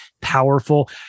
powerful